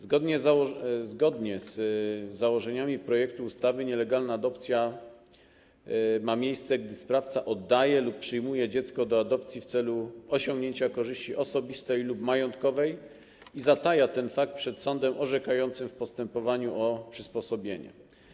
Zgodnie z założeniami projektu ustawy nielegalna adopcja ma miejsce, gdy sprawca oddaje lub przyjmuje dziecko do adopcji w celu osiągnięcia korzyści osobistej lub majątkowej i zataja ten fakt przed sądem orzekającym w postępowaniu o przysposobienie.